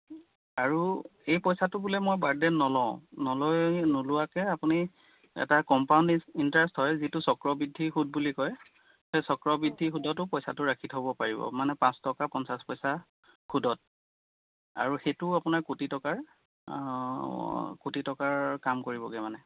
আৰু এই পইচাটো বোলে মই বাৰ্থডেত নলওঁ নলয় নোলোৱাকৈ আপুনি এটা কম্পাউণ্ড ইণ্টাৰেষ্ট হয় যিটো চক্ৰবৃদ্ধি সূদ বুলি কয় সেই চক্ৰবৃদ্ধি সূদটো পইচাটো ৰাখি থ'ব পাৰিব মানে পাঁচ টকা পঞ্চাছ পইচা সূদত আৰু সেইটো আপোনাৰ কোটি টকাৰ কোটি টকাৰ কাম কৰিবগৈ মানে